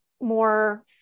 more